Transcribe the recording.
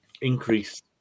increase